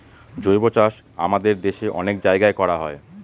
জৈবচাষ আমাদের দেশে অনেক জায়গায় করা হয়